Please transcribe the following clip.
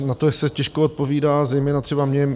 Na to se těžko odpovídá, zejména třeba mně.